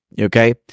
okay